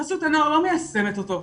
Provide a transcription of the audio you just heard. חסות הנוער לא מיישמת אותו,